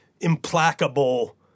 implacable